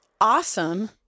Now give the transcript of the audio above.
awesome